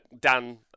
Dan